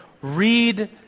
read